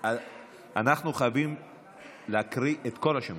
אנחנו חייבים להקריא את כל השמות,